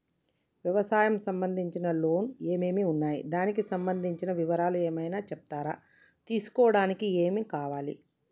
వ్యవసాయం సంబంధించిన లోన్స్ ఏమేమి ఉన్నాయి దానికి సంబంధించిన వివరాలు ఏమైనా చెప్తారా తీసుకోవడానికి ఏమేం కావాలి?